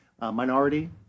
minority